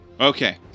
Okay